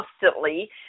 constantly